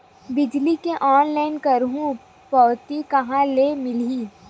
बिजली के ऑनलाइन करहु पावती कहां ले मिलही?